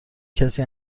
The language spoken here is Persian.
کسی